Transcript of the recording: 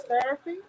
therapy